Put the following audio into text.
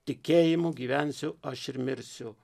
tikėjimu gyvensiu aš ir mirsiu